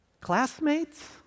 classmates